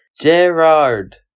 Gerard